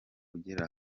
ugera